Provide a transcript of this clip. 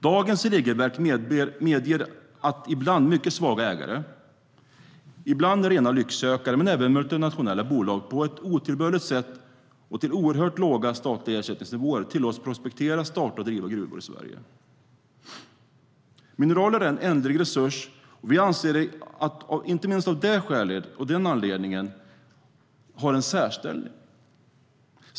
Dagens regelverk medger att ibland mycket svaga ägare, ibland rena lycksökare men även multinationella bolag på ett otillbörligt sätt och till oerhört låga statliga ersättningsnivåer tillåts prospektera, starta och driva gruvor i Sverige.Mineraler är en ändlig resurs, och vi anser att de inte minst av den anledningen har en särställning.